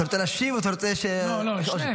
אתה רוצה להשיב או שאתה רוצה --- לא, לא, שניהם.